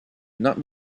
not